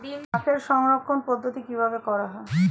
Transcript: আখের সংরক্ষণ পদ্ধতি কিভাবে করা হয়?